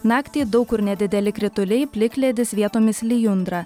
naktį daug kur nedideli krituliai plikledis vietomis lijundra